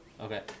Okay